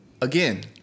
Again